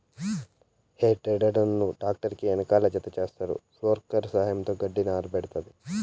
హే tedder ను tractor కి వెనకాల జతచేస్తారు, ఫోర్క్ల సహాయంతో గడ్డిని ఆరబెడతాది